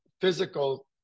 physical